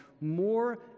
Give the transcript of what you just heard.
more